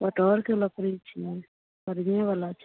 कटहरके लकड़ी छियै बढ़ियेंवला छै